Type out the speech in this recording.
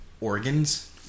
Organs